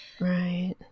Right